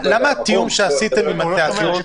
למה התיאום שעשיתם עם התיאטראות?